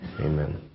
Amen